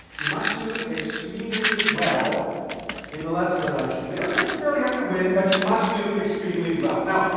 you must do extremely well in the lester election. you don't necessarily have to win, but you must do extremely well. now,